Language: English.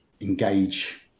engage